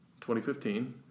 2015